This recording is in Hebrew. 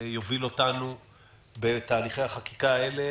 יוביל אותנו בתהליכי החקיקה האלה.